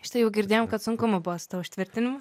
štai jau girdėjom kad sunkumų buvo su tuo užtvirtinimu